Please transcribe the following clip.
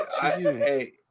Hey